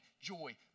joy